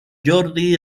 jordi